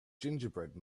gingerbread